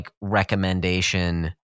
recommendation